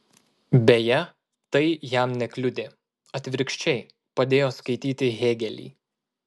beje tai jam nekliudė atvirkščiai padėjo skaityti hėgelį